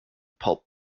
pulp